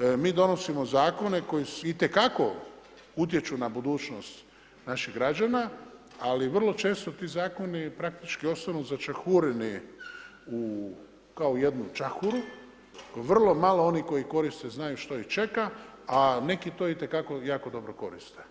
mi donosimo zakone koji itekako utječu na budućnost naših građana, ali vrlo često ti zakoni praktički ostanu začahureni u kao jednu čahuru, vrlo malo onih koji koriste znaju što ih čeka, a neki to itekako jako dobro koriste.